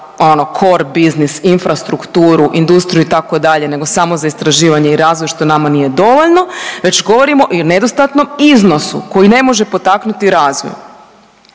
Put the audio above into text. cor biznis, infrastrukturu, industriju itd. nego samo za istraživanje i razvoj što nama nije dovoljno, već govorimo i o nedostatnom iznosu koji ne može potaknuti razvoj.